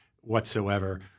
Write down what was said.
whatsoever